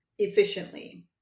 Efficiently